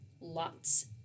lots